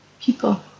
people